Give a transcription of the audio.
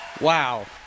Wow